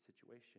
situation